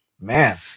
man